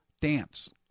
dance